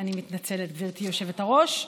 אני מתנצלת, גברתי היושבת-ראש.